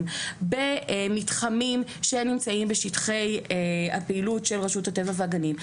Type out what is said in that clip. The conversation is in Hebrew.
מתחמים שנמצאים בשטחי הפעילות של רשות הטבע והגנים,